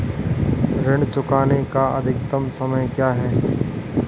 ऋण चुकाने का अधिकतम समय क्या है?